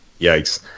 Yikes